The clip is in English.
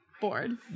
bored